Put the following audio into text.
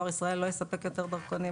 דואר ישראל לא יספק יותר דרכונים.